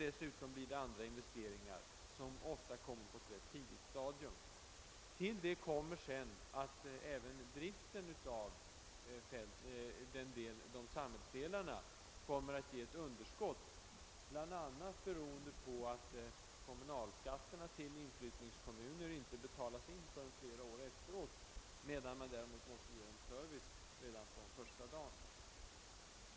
Det krävs också andra investeringar som ofta kommer på ett ganska tidigt stadium. Därtill kommer sedan att även driften av samhällsdelarna kommer att ge ett underskott bl.a. beroende på att kommunalskatten till inflyttnings kommunen inte betalas in förrän flera år efteråt, medan man däremot måste ge service redan från första dagen.